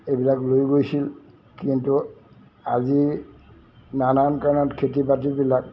এইবিলাক লৈ গৈছিল কিন্তু আজি নানান কাৰণত খেতি বাতিবিলাক